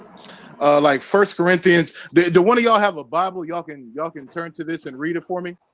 ah like first corinthians the one of y'all have a bible y'all can y'all can turn to this and read it for me?